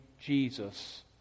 Jesus